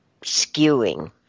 skewing